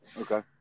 Okay